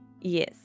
Yes